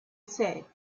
said